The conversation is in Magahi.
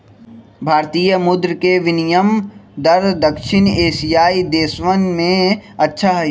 भारतीय मुद्र के विनियम दर दक्षिण एशियाई देशवन में अच्छा हई